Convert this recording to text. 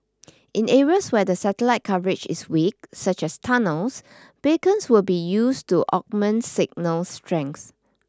in areas where the satellite coverage is weak such as tunnels beacons will be used to augment signal strength